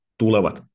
tulevat